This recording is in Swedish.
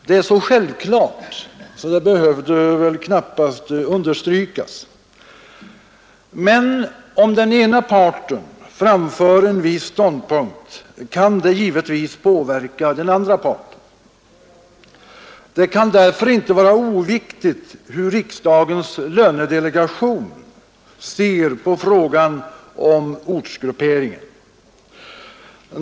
Detta är så självklart att det knappast behöver understrykas. Men om den ena parten framför en viss ståndpunkt, kan detta givetvis påverka den andra parten. Det kan därför inte vara oviktigt hur riksdagens lönedelegation ser på frågan om ortsgrupperingen.